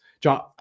John